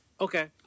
Okay